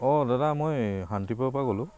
অঁ দাদা মই শান্তিপুৰৰ পৰা ক'লোঁ